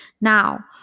Now